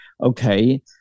okay